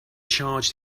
charged